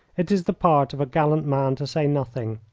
it is the part of a gallant man to say nothing,